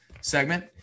segment